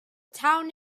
town